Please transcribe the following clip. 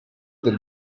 del